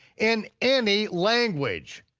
in any language.